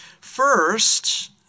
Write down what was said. First